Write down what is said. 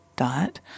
Diet